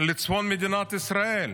לצפון מדינת ישראל.